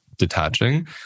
detaching